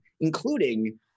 including